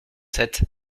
sept